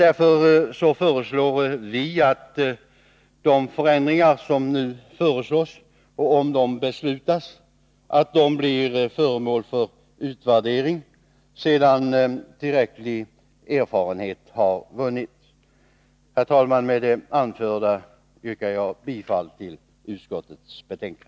Därför föreslår vi att de nu aktuella förändringarna, om de beslutas genomföras, blir föremål för utvärdering sedan tillräcklig erfarenhet vunnits. Herr talman! Med det anförda yrkar jag bifall till utskottets hemställan.